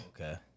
Okay